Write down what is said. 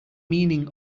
meaning